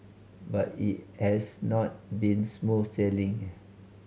but it has not been smooth sailing